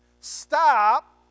Stop